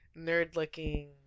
nerd-looking